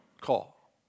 call